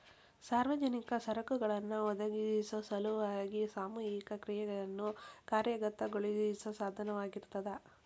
ಸಾರ್ವಜನಿಕ ಸರಕುಗಳನ್ನ ಒದಗಿಸೊ ಸಲುವಾಗಿ ಸಾಮೂಹಿಕ ಕ್ರಿಯೆಯನ್ನ ಕಾರ್ಯಗತಗೊಳಿಸೋ ಸಾಧನವಾಗಿರ್ತದ